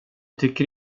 tycker